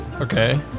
Okay